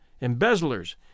embezzlers